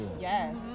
Yes